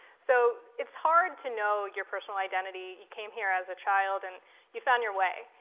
so it's hard to know your personal identity, you came here as a child and you found your way.